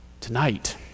Tonight